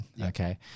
Okay